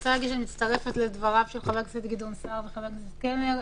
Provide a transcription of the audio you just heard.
אני מצטרפת לדבריהם של חברי הכנסת גדעון סער וחבר הכנסת קלנר.